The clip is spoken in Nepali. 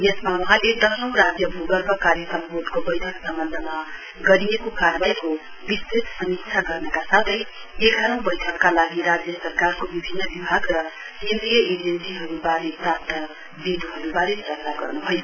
यसमा वहाँले दशौं राज्य भूगर्भ कार्यक्रम वोर्डको बैठक सम्वन्धमा गरिएको कार्रवाईको विस्तृत समीक्षा गर्नका साथै एघारौं बैठकका लागि राज्य सरकारको विभिन्न विभाग र केन्द्रीय एजेन्सीहरूवारे प्राप्त विन्द्रहरूबारे चर्चा गर्न्भयो